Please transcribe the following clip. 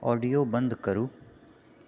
audio बंद करु